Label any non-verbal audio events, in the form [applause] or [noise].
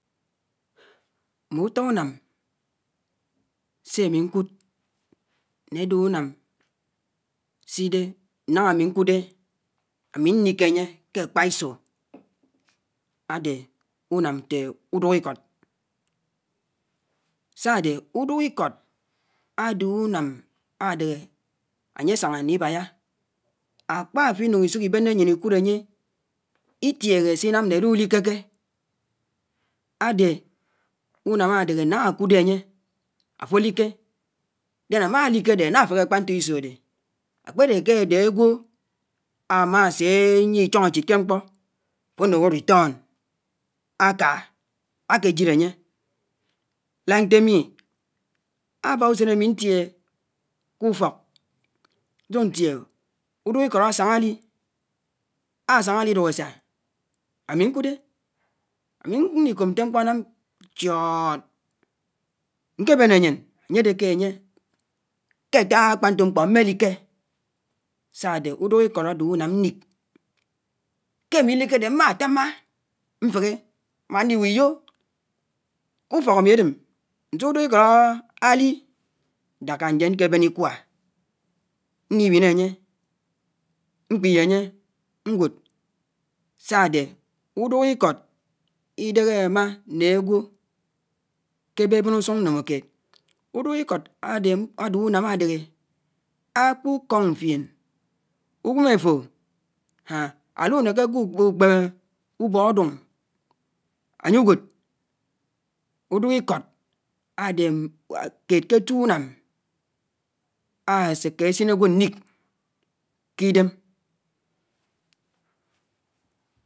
Mme utọ unám sé ami nkud, né ade unám side nañga ami ñkude, ami ñlike ange ké akpaiso ade unám nte udúk ikọd. Sa-ade udúkikud ade unám adehe ányè asañga ibáyá. Akpa afọ inung isuk imene anyin ikud ányè itiehe sinamne alulikeke ade unám adehe naha akude añye afo alike. Ama alike ade alafehe akparito Iso ade alopade Lu ade agwọ ama sé anyie ichọñg echid ke ñkpo afọ anúng atime aka ake jile anye nte ami aba usén ami ñtiehe ku ufọk ñsuk ñtie uduk ikọd asáñga-ali, asañga-alidúk esa ami ñkude ami ñlikóp ñte ñkpo anam chiọọọd ñke bene ańyen anyede ké, ke ata akpa ñto ñkpo mme like sa-ade uduk ikọd ade unám ñlik. Ke ami ikike ade mma támá nfehe mma aliwo iyó ke ufọk ami Adem nseeh udúk ikọd ali ñdaka njen ñkeben ikwa, ñliwine anye, ñkping anye ñwod. Sa-ade udúk ukod idebe ama ne agwo kébébéné usung nomo keed. Udúk ikọd ade unam adehe akpúkọng Fien, uñwém afọ, [hesitation] alunekeke úkpeme ubo aduñg anye uñwod. Uduk-ikod ade keed ke atụ unám aseke Asin agwọ ñlik ke idem.